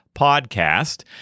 podcast